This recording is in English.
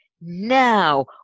now